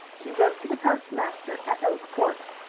he wrote to the postmaster at oak forks,